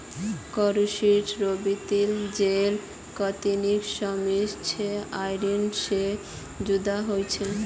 कृषि रोबोतोत जेल तकनिकी मशीन छे लेअर्निंग से जुदा हुआ छे